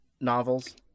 novels